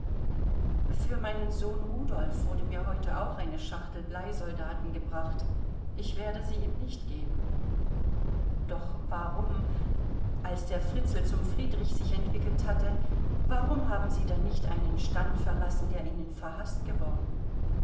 für meinen sohn rudolf wurde mir heute auch eine schachtel bleisoldaten gebracht ich werde sie ihm nicht geben doch warum als der fritzl zum friedrich sich entwickelt hatte warum haben sie da nicht einen stand verlassen der ihnen verhaßt geworden